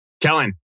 Kellen